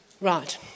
Right